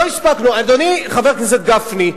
אדוני חבר הכנסת גפני,